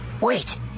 Wait